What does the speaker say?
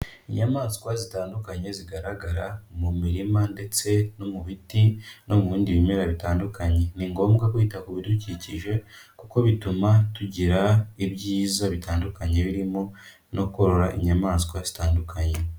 Inyamaswa zitandukanye zigaragara mu mirima ndetse no mu biti no mu bindi bimera bitandukanye, ni ngombwa kwita ku bidukikije, kuko bituma tugira ibyiza bitandukanye, birimo no korora inyamaswa zitandukanye.